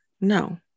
No